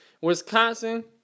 Wisconsin